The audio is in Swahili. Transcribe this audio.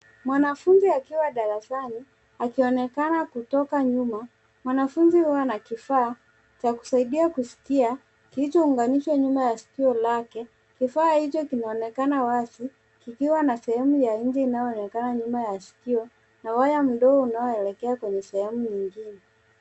Maanafunzi akiwa darasani akionekana kutoka nyuma. Mwanafunzi huyo anakifaa cha kusaidia kuskia kilichounganishwa nyuma ya sikio lake. Kifaa hicho kinaonekana wazi kikiwa na sehemu ya nje inayoonekana nyuma ya sikio na waya mdogo unaoelekea kwenye sehemu nyingine.